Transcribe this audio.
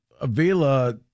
Avila